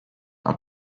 are